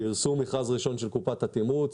פרסום מכרז ראשון של קופת התמרוץ.